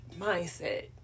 mindset